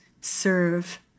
serve